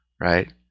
right